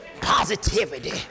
positivity